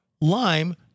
lime